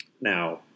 now